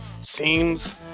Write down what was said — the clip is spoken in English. seems